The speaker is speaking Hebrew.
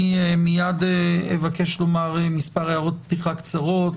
אני מייד אבקש לומר מספר הערות פתיחה קצרות,